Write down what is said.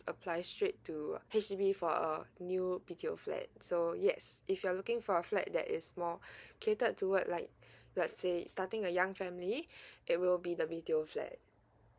apply straight to H_D_B for a new B_T_O flats so yes if you're looking for flat that is more catered towards like let's say it starting a young family it will be the B_T_O flat